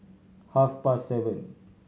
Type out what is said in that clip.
half past seven